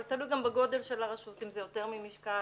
אבל תלוי גם בגודל של הרשות אם זה יותר ממשקל.